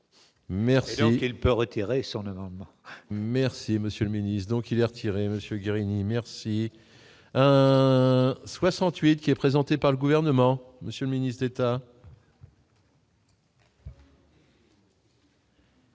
merci il peut retirer son amendement. Merci monsieur le ministre, donc il y a retiré Monsieur Guérini merci. Un 68 qui est présenté par le gouvernement, monsieur le ministre.